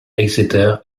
exeter